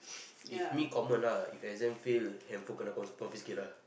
if me common ah if exam fail handphone kenna con confiscate lah